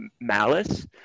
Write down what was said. malice